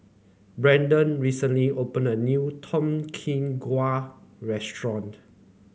Brandon recently opened a new Tom Kha Gai restaurant